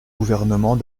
gouvernement